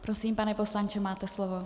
Prosím, pane poslanče, máte slovo.